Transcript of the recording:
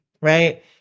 Right